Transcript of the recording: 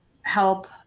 help